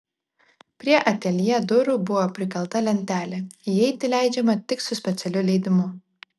prie ateljė durų buvo prikalta lentelė įeiti leidžiama tik su specialiu leidimu